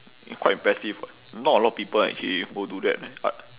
quite impressive [what] not a lot of people actually will do that but